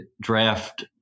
draft